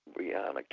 Brianna